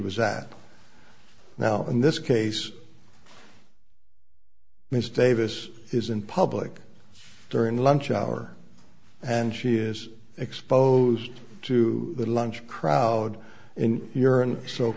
was at now in this case ms davis is in public during the lunch hour and she is exposed to the lunch crowd in urine so